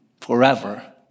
forever